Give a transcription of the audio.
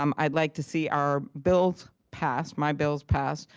um i'd like to see our bills passed. my bills passed,